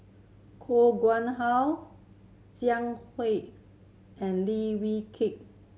Koh Nguang How Jiang and Li Wee